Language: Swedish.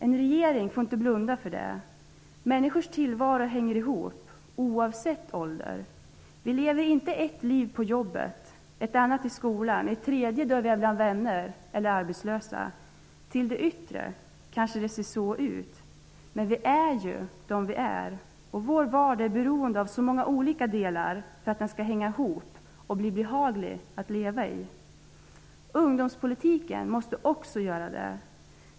En regering får inte blunda för det. Människors tillvaro hänger ihop oavsett ålder. Vi lever inte ett liv på jobbet, ett annat i skolan och ett tredje när vi är bland vänner eller arbetslösa. Till det yttre kanske det ser så ut, men vi är ju de vi är. Vår vardag är beroende av så många olika delar för att den skall hänga ihop och bli behaglig att leva i. Ungdomspolitiken måste också göra det.